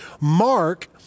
Mark